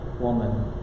woman